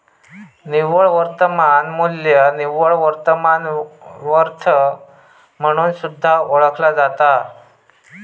निव्वळ वर्तमान मू्ल्य निव्वळ वर्तमान वर्थ म्हणून सुद्धा ओळखला जाता